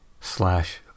slash